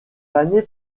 années